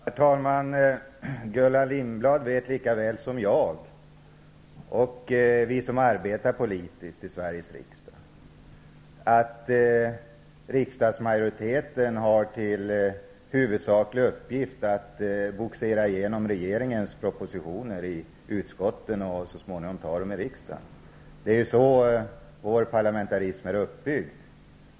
Herr talman! Gullan Lindblad vet likaväl som jag och vi som arbetar politiskt i Sveriges riksdag att riksdagsmajoriteten har till huvudsaklig uppgift att bogsera regeringens propositioner igenom utskotten och så småningom anta dem i riksdagen. Det är så vår parlamentarism är uppbyggd.